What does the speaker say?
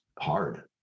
hard